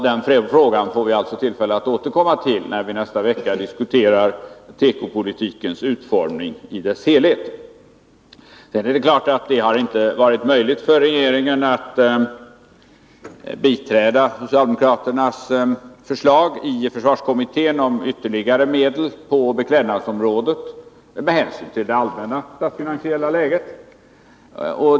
Den frågan får vi alltså tillfälle att återkomma till när vi nästa vecka diskuterar tekopolitikens utformning i dess helhet. Det har naturligtvis inte varit möjligt för regeringen att biträda socialdemokraternas förslag i försvarskommittén om ytterligare medel till beklädnadsområdet med hänsyn till det allmänna statsfinansiella läget.